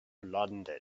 london